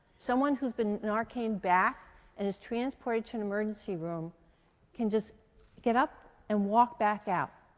someone who's been narcanned back and is transported to an emergency room can just get up and walk back out.